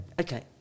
Okay